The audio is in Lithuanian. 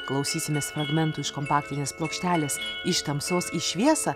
klausysimės fragmentų iš kompaktinės plokštelės iš tamsos į šviesą